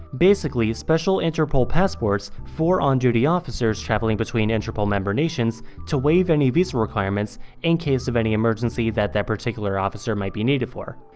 basically special interpol passports for on-duty officers traveling between interpol member nations to waive any visa requirements in case of any emergency that that particular officer might be needed for.